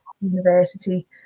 University